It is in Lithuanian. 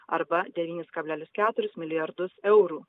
arba devynis kablelis keturis milijardus eurų